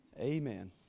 Amen